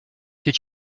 did